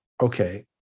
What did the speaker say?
okay